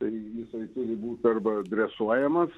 tai jisai turi būt arba dresuojamas